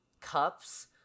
cups